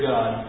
God